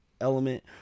element